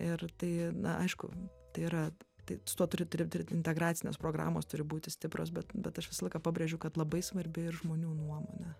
ir tai na aišku tai yra tai su turi turi dirbt integracinės programos turi būti stiprios bet bet aš visą laiką pabrėžiu kad labai svarbi ir žmonių nuomonė